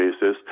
basis